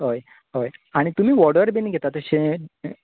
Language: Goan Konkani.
हय हय आनी तुमी ओर्डर बिन घेतात अशें